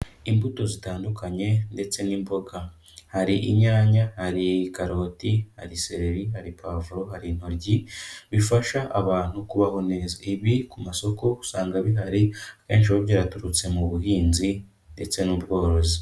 Imbuto zitandukanye ndetse n'imboga, hari inyanya, hari karoti, hari sereri, hari pavuro, hari intoryi, bifasha abantu kubaho neza, ibi ku masoko usanga bihari, akenshi biba byaturutse mu buhinzi ndetse n'ubworozi.